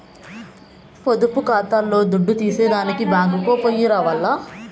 పొదుపు కాతాల్ల దుడ్డు తీసేదానికి బ్యేంకుకో పొయ్యి రావాల్ల